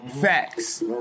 Facts